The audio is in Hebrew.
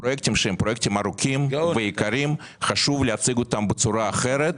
פרויקטים שהם פרויקטים ארוכים ויקרים חשוב להציג אותם בצורה אחרת.